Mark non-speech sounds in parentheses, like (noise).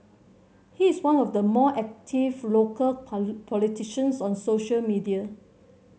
he is one of the more active local (unintelligible) politicians on social media